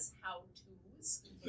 how-tos